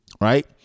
right